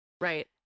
Right